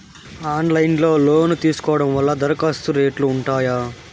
Online లో loan తీసుకోవడం వల్ల దరఖాస్తు రేట్లు ఉంటాయా?